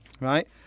right